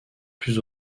plus